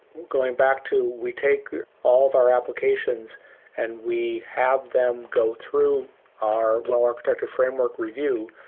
going back to we take all of our applications and we have them go through our low architecture framework review.